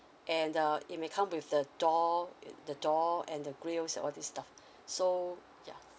and the it may come with the door the door and the grills all these stuff so ya